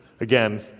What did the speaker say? again